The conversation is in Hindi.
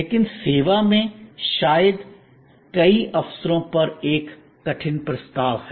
लेकिन सेवा में शायद कई अवसरों पर एक कठिन प्रस्ताव है